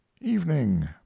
evening